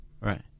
Right